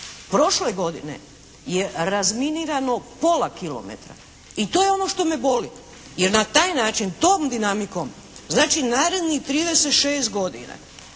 Prošle godine je razminirano pola kilometra i to je ono što me boli, jer na taj način tom dinamikom, znači narednih 36 godina